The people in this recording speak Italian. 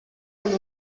con